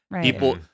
people –